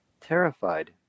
Terrified